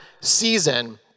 season